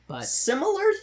Similar